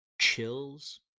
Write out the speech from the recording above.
chills